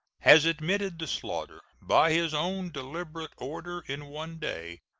has admitted the slaughter, by his own deliberate order, in one day,